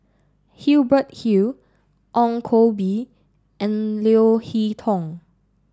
Hubert Hill Ong Koh Bee and Leo Hee Tong